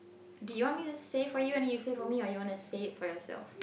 do you want me to say for you and then you say for me or you want to say it for yourself